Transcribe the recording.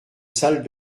salle